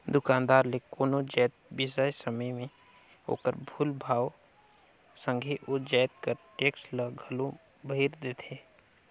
दुकानदार ले कोनो जाएत बिसाए समे में ओकर मूल भाव कर संघे ओ जाएत कर टेक्स ल घलो भइर देथे